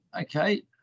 Okay